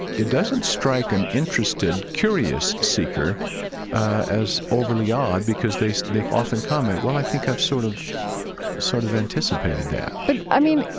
it doesn't strike an interested, curious seeker as overly odd because they so they often comment, well, i think i've sort of sort of anticipated that but i mean,